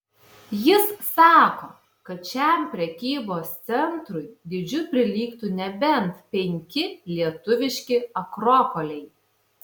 jis sako kad šiam prekybos centrui dydžiu prilygtų nebent penki lietuviški akropoliai